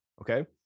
okay